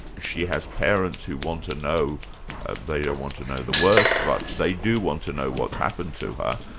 she has parents who want to know they don't want to know the worst, but they do want to know what's happened to her,